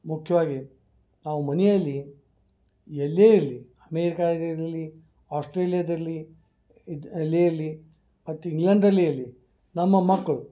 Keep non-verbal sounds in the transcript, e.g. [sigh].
ಮುಖ್ಯವಾಗಿ ನಾವು ಮನೆಯಲ್ಲಿ ಎಲ್ಲಿಯೇ ಇರಲಿ ಅಮೆರಿಕ ಆಗಿರಲಿ ಆಸ್ಟ್ರೇಲಿಯದಲ್ಲಿ ಇದು [unintelligible] ಮತ್ತು ಇಂಗ್ಲಾಂಡ್ದಲ್ಲಿ ಅಲ್ಲಿ ನಮ್ಮ ಮಕ್ಕಳು